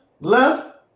left